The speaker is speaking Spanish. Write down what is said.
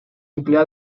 emplea